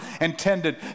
intended